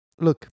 look